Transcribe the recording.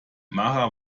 mara